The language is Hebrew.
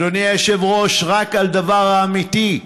אדוני היושב-ראש, רק בדבר האמיתי,